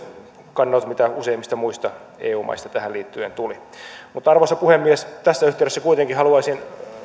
kannanotot joita useimmista muista eu maista tähän liittyen tuli arvoisa puhemies tässä yhteydessä kuitenkin haluaisin